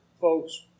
folks